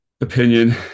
opinion